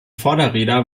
vorderräder